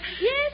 Yes